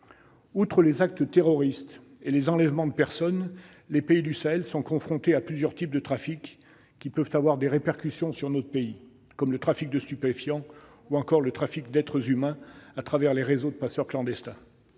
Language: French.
Outre les actes terroristes et les enlèvements de personnes, les pays du Sahel sont confrontés à plusieurs types de trafic qui peuvent avoir des répercussions sur notre pays, comme le trafic de stupéfiants ou encore le trafic d'êtres humains à travers les réseaux de passeurs clandestins.